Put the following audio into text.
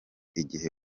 igihe